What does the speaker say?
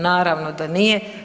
Naravno da nije.